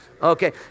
Okay